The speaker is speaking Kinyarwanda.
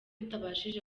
utabashije